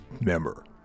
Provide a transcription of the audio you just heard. member